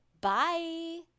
Bye